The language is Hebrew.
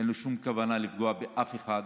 אין לו שום כוונה לפגוע באף אחד.